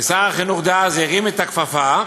שר החינוך דאז הרים את הכפפה,